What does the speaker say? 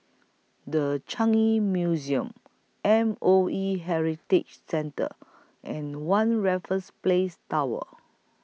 The Changi Museum M O E Heritage Centre and one Raffles Place Tower